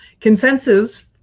consensus